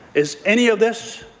is any of this